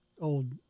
old